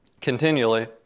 continually